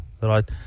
right